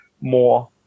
more